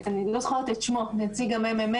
אני לא זוכרת את שמו, נציג הממ"מ,